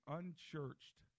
unchurched